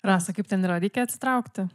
rasa kaip ten yra reikia atsitraukti